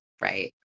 right